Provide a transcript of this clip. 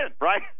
right